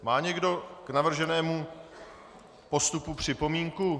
Má někdo k navrženému postupu připomínku?